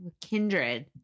kindred